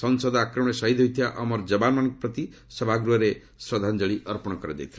ସଂସଦ ଆକ୍ରମଣରେ ଶହିଦ ହୋଇଥିବା ଅମର ଯବନାମାନଙ୍କ ପ୍ରତି ସଭାଗୃହରେ ଶ୍ରଦ୍ଧାଞ୍ଜଳି ଅର୍ପଣ କରାଯାଇଥିଲା